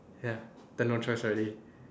ya then no choice already